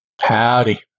Howdy